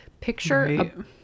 Picture